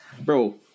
bro